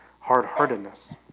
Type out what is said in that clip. hard-heartedness